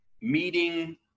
meeting